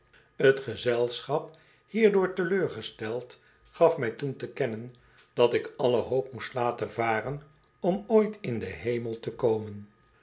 t gezelschap hierdoor teleurgesteld gaf mij toen te kennen dat ik alle hoop moest laten varen om ooit in den hemel te komen